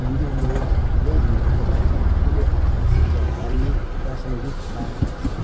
मन्दिरले धेरै हिन्दूहरूको लागि ठुलो ऐतिहासिक र धार्मिक प्रासङ्गिकता राख्छ